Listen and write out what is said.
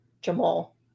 Jamal